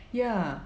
ya